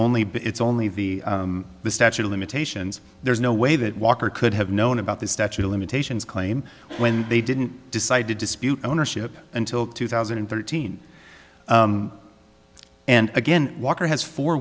been it's only the statute of limitations there's no way that walker could have known about the statute of limitations claim when they didn't decide to dispute ownership until two thousand and thirteen and again walker has four